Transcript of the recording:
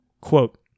Quote